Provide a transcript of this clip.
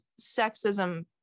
sexism